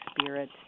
spirit